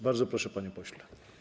Bardzo proszę, panie pośle.